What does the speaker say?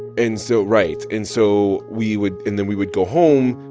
and so right and so we would and then we would go home,